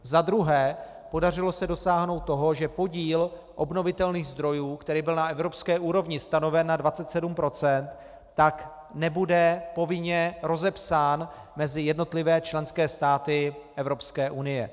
Za druhé, podařilo se dosáhnout toho, že podíl obnovitelných zdrojů, který byl na evropské úrovni stanoven na 27 %, nebude povinně rozepsán mezi jednotlivé členské státy Evropské unie.